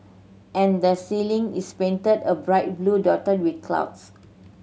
and the ceiling is painted a bright blue dotted with clouds